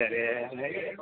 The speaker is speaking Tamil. சரி